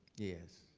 yes.